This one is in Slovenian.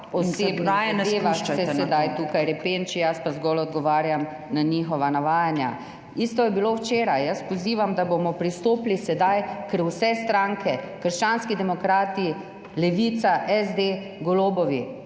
… osebnih zadevah, sedaj se pa tukaj repenči, jaz pa zgolj odgovarjam na njihova navajanja. Isto je bilo včeraj. Jaz pozivam, da bomo pristopili sedaj, ker vse stranke, krščanski demokrati, Levica, SD, Golobovi,